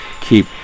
keep